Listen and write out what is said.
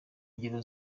ngero